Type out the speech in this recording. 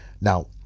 now